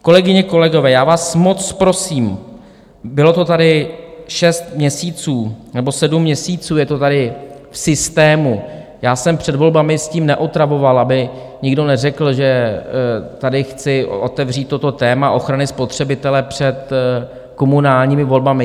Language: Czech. Kolegyně, kolegové, já vás moc prosím, bylo to tady šest měsíců, nebo sedm měsíců je to tady v systému, já jsem před volbami s tím neotravoval, aby nikdo neřekl, že tady chci otevřít toto téma ochrany spotřebitele před komunálními volbami.